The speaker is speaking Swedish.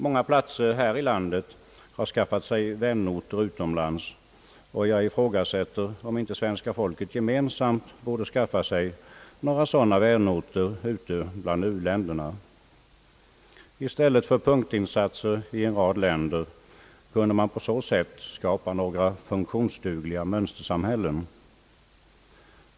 Många platser här i landet har skaffat sig vänorter utomlands, och jag ifrågasätter, om inte svenska folket gemensamt borde skaffa sig några sådana vänorter i u-länderna. I stället för punktinsatser i en rad länder kunde man på så sätt söka skapa några funktionsdugliga mönstersamhällen.